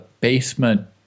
basement